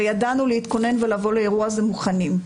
וידענו להתכונן ולבוא לאירוע הזה מוכנים,